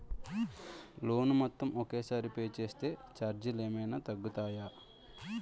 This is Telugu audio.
లోన్ మొత్తం ఒకే సారి పే చేస్తే ఛార్జీలు ఏమైనా తగ్గుతాయా?